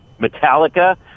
Metallica